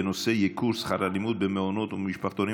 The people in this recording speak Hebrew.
בנושא: ייקור שכר הלימוד במעונות ובמשפחתונים.